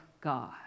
God